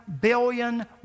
billion